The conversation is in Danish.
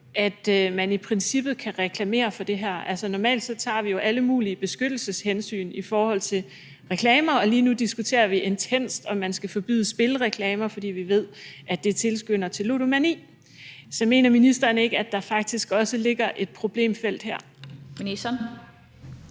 at man i princippet kan reklamere for det her. Altså, normalt tager vi jo alle mulige beskyttelseshensyn i forhold til reklamer, og lige nu diskuterer vi intenst, om man skal forbyde spilreklamer, fordi vi ved, at det tilskynder til ludomani. Så mener ministeren ikke, at der faktisk også ligger et problemfelt her? Kl.